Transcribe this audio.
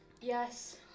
yes